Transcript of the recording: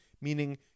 meaning